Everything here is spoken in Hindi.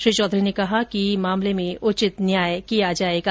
श्री चौधरी ने कहा कि मामले में उचित न्याय किया जाएगा